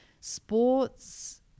sports